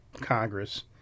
Congress